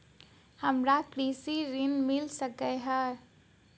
हमरा कृषि ऋण मिल सकै है?